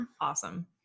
awesome